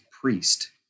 priest